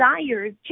desires